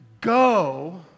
go